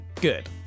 good